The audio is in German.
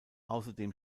außerdem